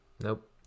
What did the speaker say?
Nope